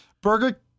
burger